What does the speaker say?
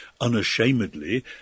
unashamedly